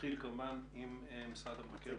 נתחיל עם נציגי משרד המבקר,